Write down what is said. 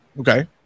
Okay